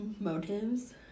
motives